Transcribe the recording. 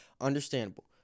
understandable